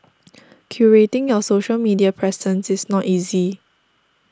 curating your social media presence is not easy